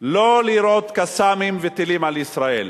לא לירות "קסאמים" וטילים על ישראל,